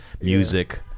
music